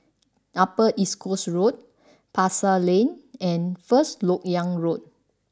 Upper East Coast Road Pasar Lane and First Lok Yang Road